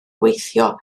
gweithio